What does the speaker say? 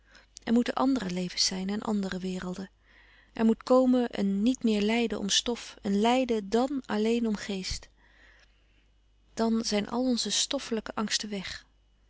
er moeten andere levens zijn en andere werelden er moet komen een niet meer lijden om stof een lijden dàn alleen om geest dan zijn al onze stoffelijke angsten weg